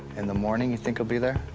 in the morning, you think he'll be there?